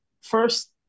first